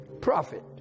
prophet